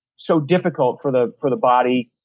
so difficult for the for the body,